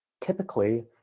typically